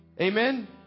Amen